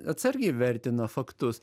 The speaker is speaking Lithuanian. atsargiai vertino faktus